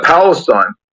Palestine